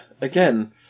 Again